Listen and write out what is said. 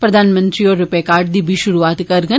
प्रधानमंत्री होर रूपे कार्ड दी बी शुरूआत करडन